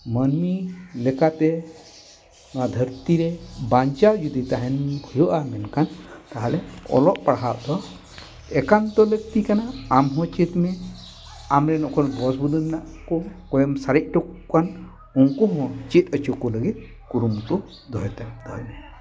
ᱢᱟᱹᱱᱢᱤ ᱞᱮᱠᱟᱛᱮ ᱱᱚᱣᱟ ᱫᱷᱟᱹᱨᱛᱤ ᱨᱮ ᱵᱟᱧᱪᱟᱣ ᱡᱩᱫᱤ ᱛᱟᱦᱮᱱ ᱦᱩᱭᱩᱜᱼᱟ ᱢᱮᱱᱠᱷᱟᱱ ᱛᱟᱦᱚᱞᱮ ᱚᱞᱚᱜ ᱯᱟᱲᱦᱟᱜ ᱫᱚ ᱮᱠᱟᱱᱛᱚ ᱞᱟᱹᱠᱛᱤ ᱠᱟᱱᱟ ᱟᱢ ᱦᱚᱸ ᱪᱮᱫ ᱢᱮ ᱟᱢᱨᱮᱱ ᱚᱠᱚᱭ ᱵᱚᱥ ᱵᱩᱫᱷᱟᱹ ᱢᱮᱱᱟᱜ ᱠᱚ ᱚᱠᱚᱭᱮᱢ ᱥᱟᱨᱮᱡ ᱦᱚᱴᱚ ᱠᱟᱠᱚ ᱠᱟᱱ ᱩᱱᱠᱩ ᱦᱚᱸ ᱪᱮᱫ ᱚᱪᱚ ᱠᱚ ᱞᱟᱹᱜᱤᱫ ᱠᱩᱨᱩᱢᱩᱴᱩ ᱫᱚᱦᱚᱭ ᱛᱟᱭᱟ ᱫᱚᱦᱚᱭ ᱢᱮ